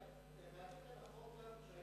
התנגדת לחוק גם כשהיית בקדימה?